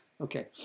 Okay